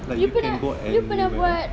you pernah you pernah buat